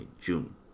June